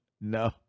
No